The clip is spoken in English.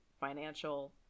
financial